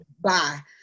Bye